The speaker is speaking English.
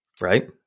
right